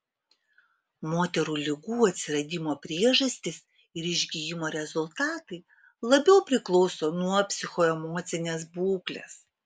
moterų ligų atsiradimo priežastys ir išgijimo rezultatai labiau priklauso nuo psichoemocinės būklės